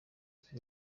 iki